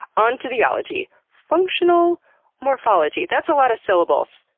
on to the ology. functional morphology. that's a lot of syllables.